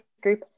group